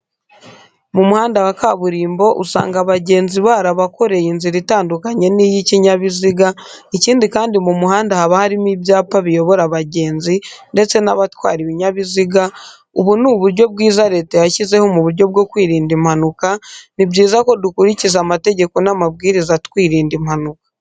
Mu muhanda wa kaburimbo usanga abagenzi barabakoreye inzira itandukanye n'iyibinyabiziga, ikindi kandi mu muhanda haba harimo ibyapa biyobora abagenzi ndetse n'abatwara ibinyabiziga, ubu ni uburyo bwiza leta yashyizeho mu buryo bwo kwirinda impanuka, ni byiza ko dukurikiza amategeko n'amabwiriza twirinda impanuka.